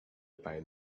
pilot